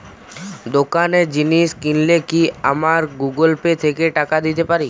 দোকানে জিনিস কিনলে কি আমার গুগল পে থেকে টাকা দিতে পারি?